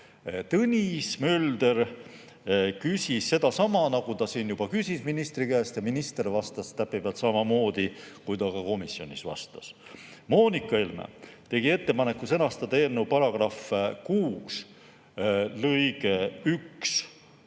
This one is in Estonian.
Tõnis Mölder küsis sedasama, mida ta ka siin küsis ministri käest, ja minister vastas täpipealt samamoodi, kui ta ka komisjonis vastas. Moonika Helme tegi ettepaneku sõnastada eelnõu § 6 lõige 1